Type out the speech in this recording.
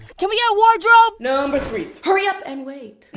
can we get a wardrobe? number three hurry up and wait!